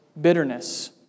bitterness